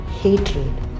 Hatred